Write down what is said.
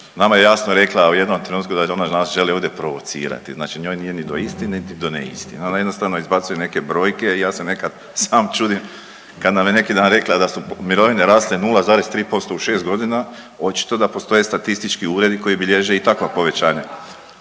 nama je jasno rekla u jednom trenutku da ona danas želi ovdje provocirati, znači ona nije ni do istine niti do neistine. Ona jednostavno izbacuje neke brojke i ja se nekad sam čudim kad nam je neki dan rekla da su mirovine rasle 0,3% u 6 godina, očito da postoje statistički uredi koji bilježe i takva povećanja.